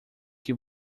que